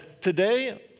today